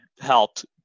helped